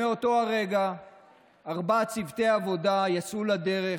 מאותו הרגע ארבעה צוותי עבודה יצאו לדרך